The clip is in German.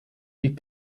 die